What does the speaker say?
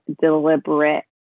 deliberate